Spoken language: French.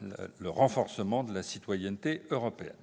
le renforcement de la citoyenneté européenne.